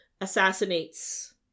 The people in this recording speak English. assassinates